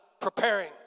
preparing